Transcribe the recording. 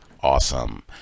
Awesome